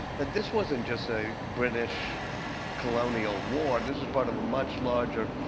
that this wasn't just a british colonial war. this is part of a much larger,